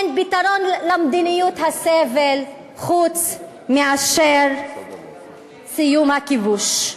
אין פתרון למדיניות הסבל חוץ מאשר סיום הכיבוש.